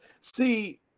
See